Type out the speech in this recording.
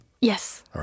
Yes